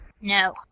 No